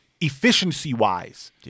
efficiency-wise